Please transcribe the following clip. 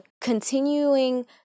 continuing